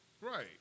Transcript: Right